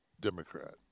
Democrat